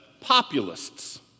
populists